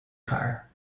car